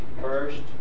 first